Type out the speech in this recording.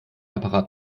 apparat